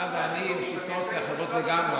אתה ואני עם שיטות אחרות לגמרי,